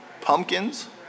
pumpkins